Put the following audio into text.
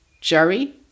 Jerry